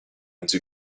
into